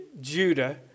Judah